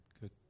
Good